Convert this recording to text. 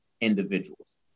individuals